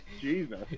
Jesus